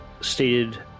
stated